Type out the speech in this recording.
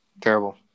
terrible